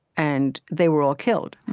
and they were all killed.